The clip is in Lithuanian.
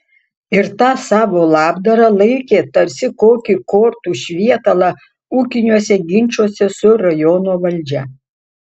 ir tą savo labdarą laikė tarsi kokį kortų švietalą ūkiniuose ginčuose su rajono valdžia